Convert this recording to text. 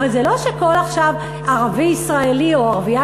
הרי זה לא שעכשיו כל ערבי ישראלי או ערבייה